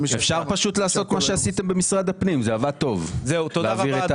תודה רבה.